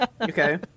okay